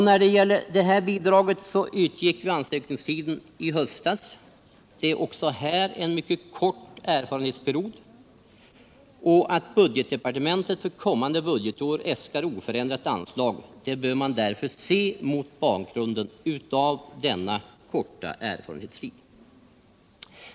Ansökningstiden för bidrag utgick i höstas. Det är också här en mycket kort erfarenhetsperiod. Att budgetdepartementet för kommande budgetår äskar oförändrat anslag bör man därför se mot bakgrunden av denna korta erfarenhetstid.